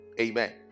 Amen